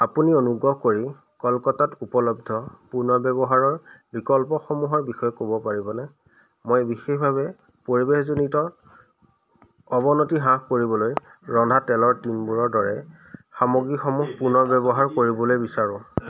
আপুনি অনুগ্ৰহ কৰি কলকাতাত উপলব্ধ পুনঃব্যৱহাৰ বিকল্পসমূহৰ বিষয়ে ক'ব পাৰিবনে মই বিশেষভাৱে পৰিৱেশজনিত অৱনতি হ্ৰাস কৰিবলৈ ৰন্ধা তেলৰ টিনবোৰৰ দৰে সামগ্ৰীসমূহ পুনঃব্যৱহাৰ কৰিবলৈ বিচাৰিছোঁ